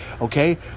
okay